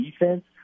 defense